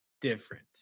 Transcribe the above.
different